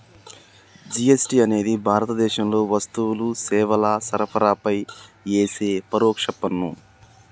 GST అనేది భారతదేశంలో వస్తువులు, సేవల సరఫరాపై యేసే పరోక్ష పన్ను